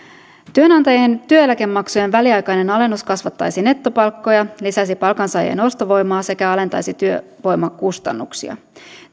työnantajien työeläkemaksujen väliaikainen alennus kasvattaisi nettopalkkoja lisäisi palkansaajien ostovoimaa sekä alentaisi työvoimakustannuksia